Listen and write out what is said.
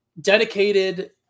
dedicated